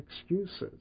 excuses